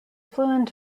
fluent